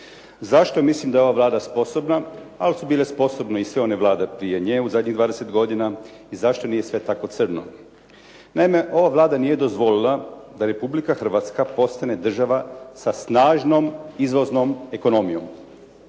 Zašto mislim da je ova Vlada sposobna, ali su bile sposobne sve one vlade prije nje u zadnjih 20 godina i zašto nije sve tako crno. Naime, ova Vlada nije dozvolila da Republika Hrvatska postane država sa snažnom izvoznom ekonomijom.